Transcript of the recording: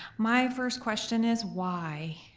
my first question is why?